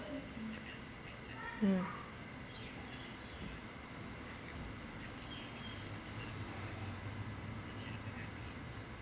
mm